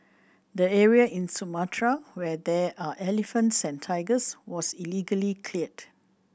the area in Sumatra where there are elephants and tigers was illegally cleared